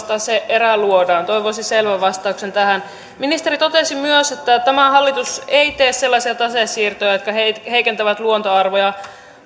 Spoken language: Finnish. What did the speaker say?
tase erä luodaan toivoisin selvän vastauksen tähän ministeri totesi myös että tämä hallitus ei tee sellaisia tasesiirtoja jotka heikentävät luontoarvoja